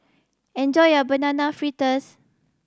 enjoy your Banana Fritters